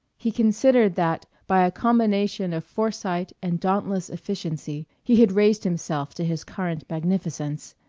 he considered that by a combination of foresight and dauntless efficiency he had raised himself to his current magnificence.